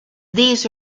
these